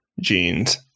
jeans